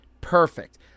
perfect